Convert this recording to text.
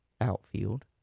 Outfield